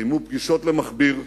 קיימו פגישות למכביר,